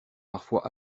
parfois